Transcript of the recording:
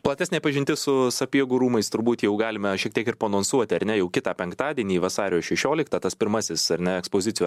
platesnė pažintis su sapiegų rūmais turbūt jau galime šiek tiek ir paanonsuoti ar ne jau kitą penktadienį vasario šešioliktą tas pirmasis ar ne ekspozicijų